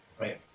right